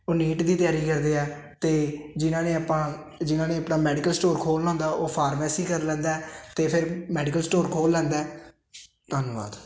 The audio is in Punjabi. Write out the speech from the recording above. ਉਹ ਨੀਟ ਦੀ ਤਿਆਰੀ ਕਰਦੇ ਹੈ ਅਤੇ ਜਿਨ੍ਹਾਂ ਨੇ ਆਪਾਂ ਜਿਨ੍ਹਾਂ ਨੇ ਆਪਣਾ ਮੈਡੀਕਲ ਸਟੋਰ ਖੋਲ੍ਹਣਾ ਹੁੰਦਾ ਉਹ ਫਾਰਮੈਸੀ ਕਰ ਲੈਂਦਾ ਹੈ ਅਤੇ ਫਿਰ ਮੈਡੀਕਲ ਸਟੋਰ ਖੋਲ੍ਹ ਲੈਂਦਾ ਹੈ ਧੰਨਵਾਦ